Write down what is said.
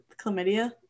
chlamydia